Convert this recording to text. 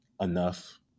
enough